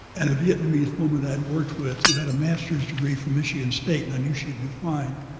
and a vietnamese woman i had worked with who had a masters degree from michigan state and i knew she'd do fine.